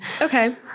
Okay